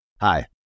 Hi